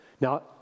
Now